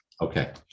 Okay